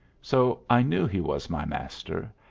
so i knew he was my master,